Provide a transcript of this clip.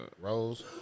Rose